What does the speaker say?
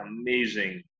amazing